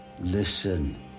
Listen